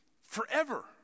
forever